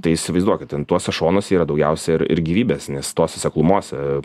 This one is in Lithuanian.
tai įsivaizduokit ten tuose šonuose yra daugiausia ir ir gyvybės nes tose seklumose